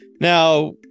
Now